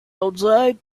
outside